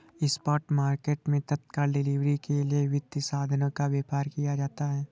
spot market मैं तत्काल delivery के लिए वित्तीय साधनों का व्यापार किया जाता है